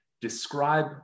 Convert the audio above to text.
describe